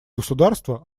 государства